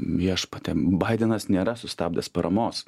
viešpatie baidenas nėra sustabdęs paramos